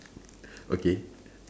okay